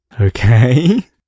Okay